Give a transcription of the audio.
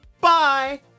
Bye